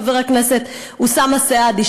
חבר הכנסת אוסאמה סעדי,